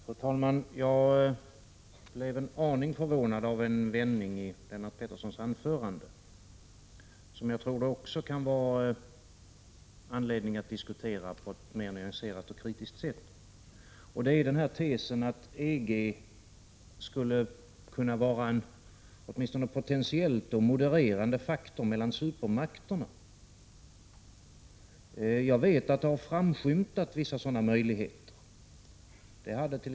Fru talman! Jag blev en aning förvånad över en vändning i Lennart Petterssons anförande, som jag tror det kan finnas anledning att diskutera på ett mer nyanserat och kritiskt sätt. Det gäller tesen att EG, åtminstone potentiellt, skulle kunna vara en modererande faktor mellan supermakterna. Jag vet att vissa sådana möjligheter har framskymtat.